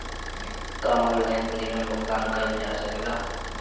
का online premium भुगतान कईल जा सकेला?